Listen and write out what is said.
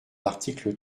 l’article